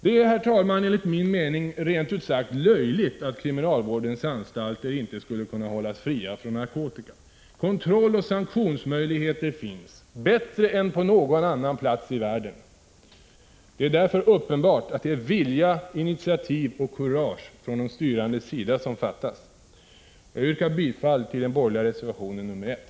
Det är, herr talman, enligt min mening rent ut sagt löjligt att kriminalvårdens anstalter inte skulle kunna hållas fria från narkotika. Kontrolloch sanktionsmöjligheter finns — bättre än på någon annan plats i världen! Det är därför uppenbart att det är vilja, initiativ och kurage från de styrandes sida som fattas. Jag yrkar bifall till den borgerliga reservationen nr 1.